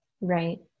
Right